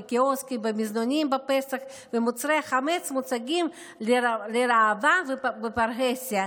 בקיוסקים ובמזנונים בפסח ומוצרי החמץ מוצגים לראווה בפרהסיה,